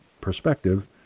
perspective